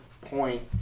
point